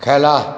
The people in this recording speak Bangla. খেলা